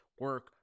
Work